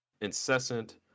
incessant